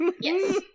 Yes